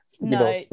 no